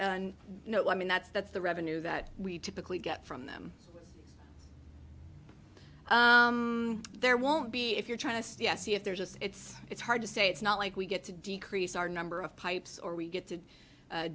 yet no i mean that's that's the revenue that we typically get from them there won't be if you're trying to see if there's just it's it's hard to say it's not like we get to decrease our number of pipes or we get to